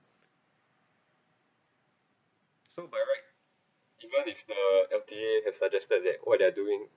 so by right even if the L_T_A has suggested that what they are doing